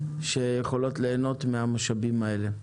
שיכולות ליהנות מן המשאבים הללו.